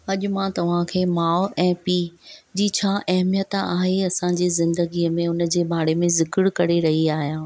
अॼु मां तव्हां खे माउ ऐं पीउ जी छा अहमियत आहे असां जे ज़िंदगीअ में उन जे वारे में ज़िकिरु करे रही आयां